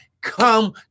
come